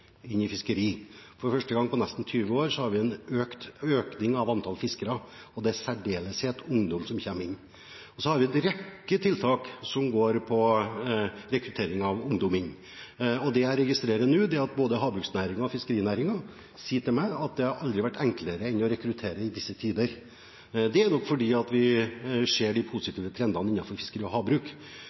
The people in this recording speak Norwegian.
inn i fiskeri. For første gang på nesten 20 år har vi en økning av antall fiskere, og det er i særdeleshet ungdom som kommer inn. Så har vi en rekke tiltak som går på rekruttering av ungdom. Det jeg registrerer nå, er at både havbruksnæringen og fiskerinæringen sier til meg at det aldri har vært enklere å rekruttere enn i disse tider. Det er nok fordi vi ser positive trender innenfor fiskeri og havbruk.